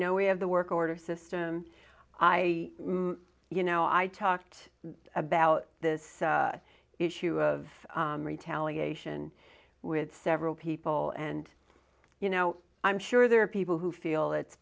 know we have the work order system i you know i talked about this issue of retaliation with several people and you know i'm sure there are people who feel it's